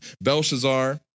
Belshazzar